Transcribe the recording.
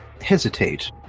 hesitate